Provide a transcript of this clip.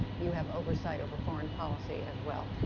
you have overvite over foreign policy as well.